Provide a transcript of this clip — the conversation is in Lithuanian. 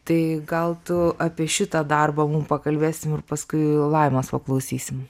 tai gal tu apie šitą darbą mums pakalbėsim ir paskui laimos paklausysim